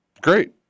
Great